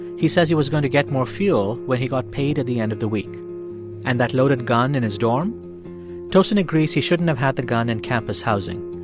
he says he was going to get more fuel when he got paid at the end of the week and that loaded gun in his dorm tosin agrees he shouldn't have had the gun in campus housing.